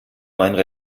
meinen